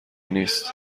نیست